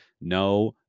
No